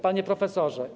Panie Profesorze!